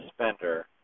spender